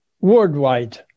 worldwide